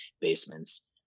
basements